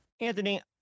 Anthony